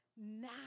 now